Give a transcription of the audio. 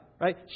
Right